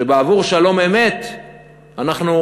שבעבור שלום אמת אנחנו,